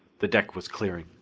the deck was clearing.